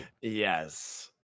Yes